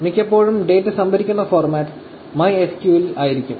മിക്കപ്പോഴും ഡാറ്റ സംഭരിക്കുന്ന format MySQL ൽ ആയിരിക്കും